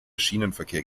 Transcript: schienenverkehr